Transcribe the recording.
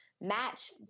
match